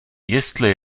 jestli